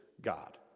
God